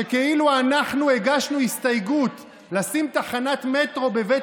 שכאילו אנחנו הגשנו הסתייגות לשים תחנת מטרו בבית